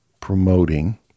promoting